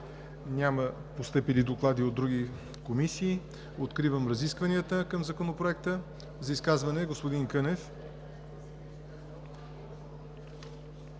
Няма постъпили доклади от други комисии. Откривам разискванията по Законопроекта. За изказване – господин Кънев.